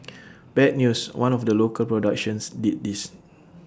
bad news one of the local productions did this